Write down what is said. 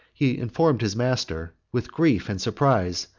he informed his master, with grief and surprise,